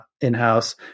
in-house